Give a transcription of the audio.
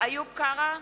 איוב קרא,